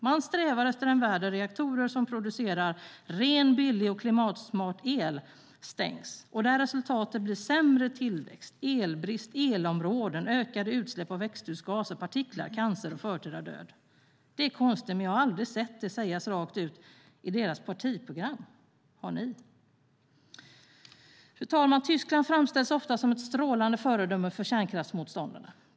Man strävar efter en värld där reaktorer som producerar ren, billig och klimatsmart el stängs och där resultatet blir sämre tillväxt, elbrist, elområden, ökade utsläpp av växthusgaser, partiklar, cancer och förtida död. Det är konstigt, men jag har aldrig sett det skrivas rakt ut i deras partiprogram - har ni? Fru talman! Tyskland framställs ofta som ett strålande föredöme för kärnkraftsmotståndarna.